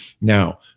Now